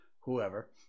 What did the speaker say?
whoever